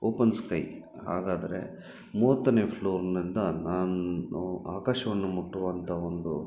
open sky ಹಾಗಾದರೆ ಮೂವತ್ತನೆ ಫ್ಲೋರ್ನಿಂದ ನಾನು ಆಕಾಶವನ್ನು ಮುಟ್ಟುವಂಥ ಒಂದು